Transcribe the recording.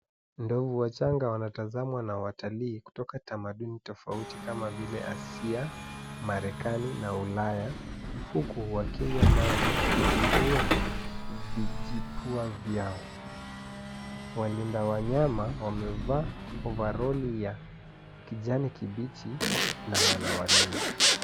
Ndovu wachanga wanautazama na watalii kutoka tamaduni tofauti kama vile Asia, marekani na ulaya huku wa kinywa maji kutumia vijipua vyao. Walinda wanyama wamevaa ovaroli ya kijani kibichi na wanawalinda.